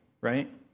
right